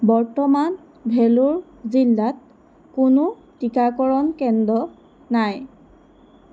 বৰ্তমান ভেলোৰ জিলাত কোনো টীকাকৰণ কেন্দ্ৰ নাই